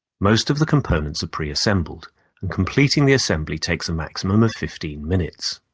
most of the components are preassembled and completing the assembly takes a maximum of fifteen minutes.